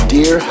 Dear